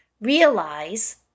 realize